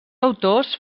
autors